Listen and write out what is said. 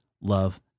love